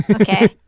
Okay